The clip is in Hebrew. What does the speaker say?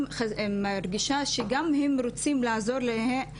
אני גם מרגישה שגם הן רוצות לעזור לעצמן,